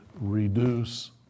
reduce